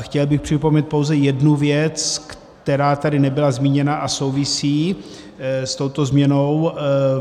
Chtěl bych připomenout pouze jednu věc, která tady nebyla zmíněna a souvisí s touto změnou